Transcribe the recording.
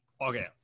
okay